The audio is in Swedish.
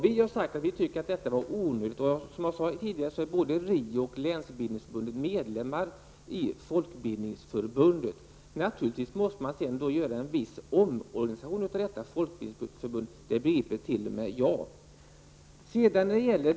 Vi anser att detta är onödigt. Både RIO och länsbildningsförbunden är medlemmar i Folkbildningsförbundet. Naturligtvis måste man företa en viss omorganisation av Folkbildningsförbundet -- det begriper t.o.m. jag.